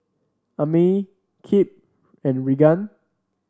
Amey Kip and Reagan